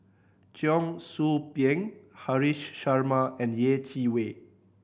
Cheong Soo Pieng Haresh Sharma and Yeh Chi Wei